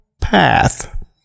path